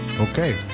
Okay